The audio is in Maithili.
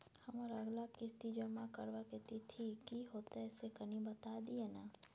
हमर अगला किस्ती जमा करबा के तिथि की होतै से कनी बता दिय न?